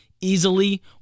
easily